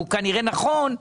שהוא כנראה נכון,